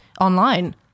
online